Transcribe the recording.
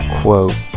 quote